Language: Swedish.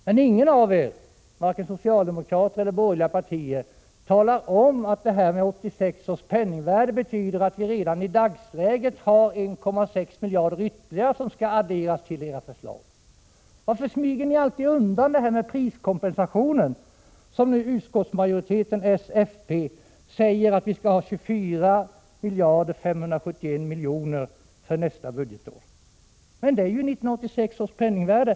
Men ingen av er — varken socialdemokraterna eller de borgerliga partierna— talar om att det faktum att anslagen anges i 1986 års penningvärde betyder att ytterligare 1,6 miljarder redan i dagsläget skall adderas till era förslag. Varför smyger ni alltid undan med priskompensationen? Utskottsmajoriteten, som består av socialdemokrater och folkpartister, säger att vi skall ha 24 571 miljoner för nästa budgetår. Men det är i 1986 års penningvärde.